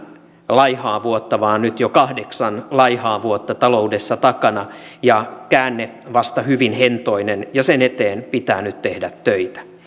laihaa vuotta vaan nyt jo kahdeksan laihaa vuotta taloudessa takana ja käänne vasta hyvin hentoinen ja sen eteen pitää nyt tehdä töitä